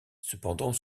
cependant